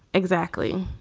exactly.